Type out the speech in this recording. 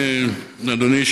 אדוני,